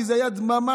כי זאת הייתה דממה,